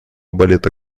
балета